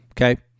Okay